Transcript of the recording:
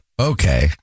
okay